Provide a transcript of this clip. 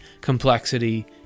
complexity